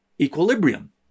equilibrium